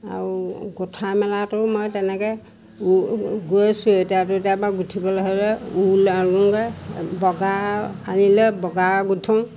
আৰু গোঁঠা মেলাটো মই তেনেকে গৈ ছুৱেটাৰ টুৱেটাৰ গুঠিবলৈ হ'লে ঊল আনোগে বগা আনিলে বগা গোঠোঁ